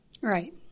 Right